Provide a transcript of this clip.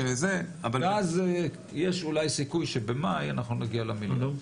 ואז יש אולי סיכוי שבמאי אנחנו נגיע למיליארד.